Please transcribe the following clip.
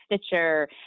Stitcher